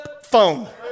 phone